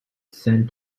sent